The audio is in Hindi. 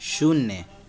शून्य